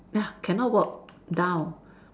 ya cannot work down